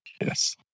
Yes